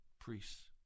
priests